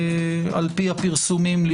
לפי הפרסומים,